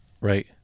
Right